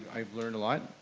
i've learned a lot.